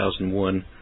2001